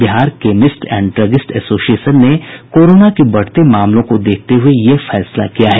Bihar chemist and druggist association ने corona के बढ़ते मामलों को देखते हुये यह फैसला किया है